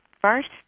first